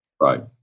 Right